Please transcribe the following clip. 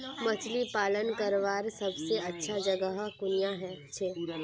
मछली पालन करवार सबसे अच्छा जगह कुनियाँ छे?